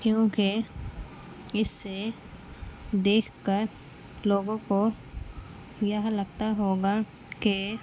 کیونکہ اس سے دیکھ کر لوگوں کو یہ لگتا ہوگا کہ